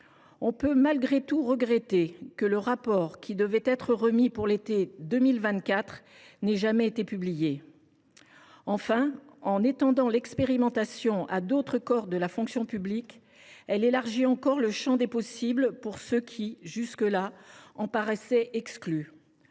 pouvons malgré tout regretter que le rapport qui devait être remis à l’été 2024 n’ait jamais été publié. Enfin, en étendant l’expérimentation à d’autres corps de la fonction publique, cette proposition de loi élargit encore le champ des possibles pour ceux qui, jusque là, en paraissaient exclus.